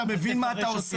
אתה מבין מה אתה עושה?